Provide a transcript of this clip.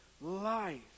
life